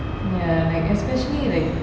ya and like especially like